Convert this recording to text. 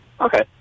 Okay